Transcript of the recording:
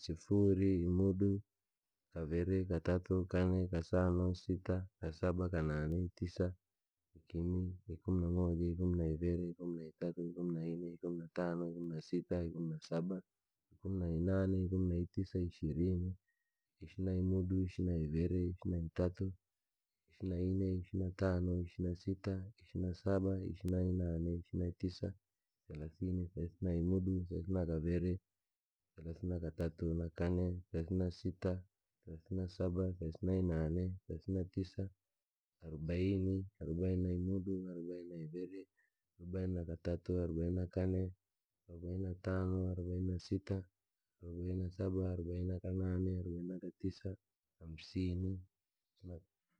Sifuri, imudu, iviri, ka tatu, ine, kai sano, sita, isaba, inane, tisa, ikimi, ikimi na moja, ikimi na iviri, ikimu naitatu, ikimi na ine, ikimi na tano, ikimi na sita, ikimi na saba, ikimi na nane, ikimi tisa. ishirini, ishirini na imudu. ishirini na ivili, ishirini na katatu, ishirini na ine, ishirini na sano, ishirini na sita, ishirini saba, ishirini nainae, ishirini na itisa, thelathini, thelathini na imudu, thelathini na iviri, thelathini na itatu, thelathini na ine. thelathini na sita, thelathini na isaba, thelathini na inane, thelathini na tisa. Arobaini, arobain na imudu, arobain na iviri, arobain na itatu, arobaini na ine, arobaini sano, arobain sita, arobaini saba, arobaini ka inane, arobaini ka tisa, hamsini.